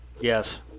Yes